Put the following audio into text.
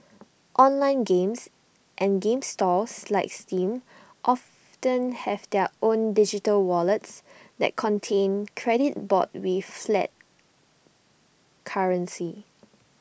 online games and game stores like steam often have their own digital wallets that contain credit bought with fiat currency